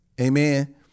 amen